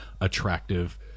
attractive